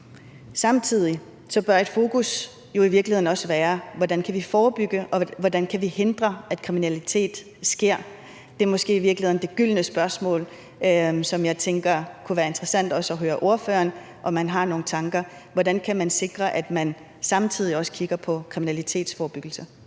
virkeligheden også være på, hvordan vi kan forebygge, og hvordan vi kan hindre, at kriminalitet sker. Det er måske i virkeligheden det gyldne spørgsmål, som jeg tænker kunne være interessant også at høre om ordføreren har nogle tanker om. Hvordan kan man sikre, at man samtidig kigger på kriminalitetsforebyggelse?